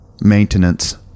maintenance